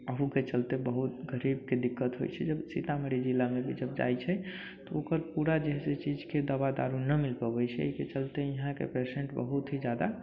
एहुके चलते बहुत गरीबके दिक्कत होइ छै सीतामढ़ी जिलामे भी जब जाइ छै तऽ ओकर पूरा जे एहि चीजके दवा दारू न मिल पबै छै एहिके चलते यहाँके पेशेन्ट बहुत ही जादा